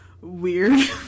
weird